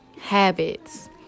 habits